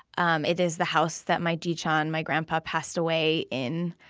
um it is the house that my jiichan, my grandpop, passed away in.